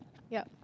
ya